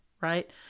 right